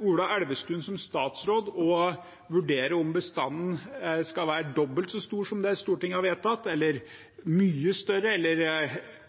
Ola Elvestuen som statsråd å vurdere om bestanden skal være dobbelt så stor som det Stortinget har vedtatt – eller mye større eller